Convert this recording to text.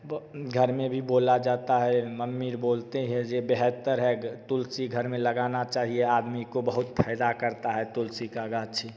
वो घर में भी बोला जाता है मम्मी बोलते हैं जे बेहतर है घा तुलसी घर में लगाना चाहिए आदमी को बहुत फायदा करता है तुलसी का गांछी